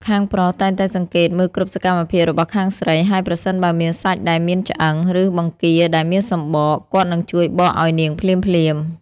ខាងប្រុសតែងតែសង្កេតមើលគ្រប់សកម្មភាពរបស់ខាងស្រី ហើយប្រសិនបើមានសាច់ដែលមានឆ្អឹង ឬបង្គាដែលមានសំបក គាត់នឹងជួយបកឱ្យនាងភ្លាមៗ។